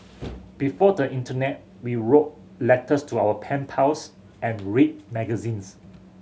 before the internet we wrote letters to our pen pals and read magazines